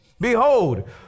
Behold